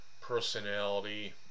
personality